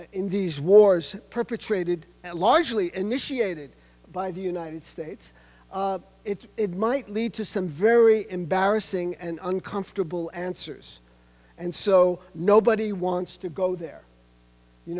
in these wars perpetrated largely initiated by the united states it might lead to some very embarrassing and uncomfortable answers and so nobody wants to go there you